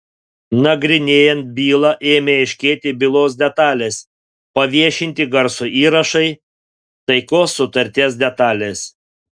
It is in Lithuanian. nagrinėjant bylą ėmė aiškėti bylos detalės paviešinti garso įrašai taikos sutarties detalės